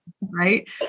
right